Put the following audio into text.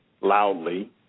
loudly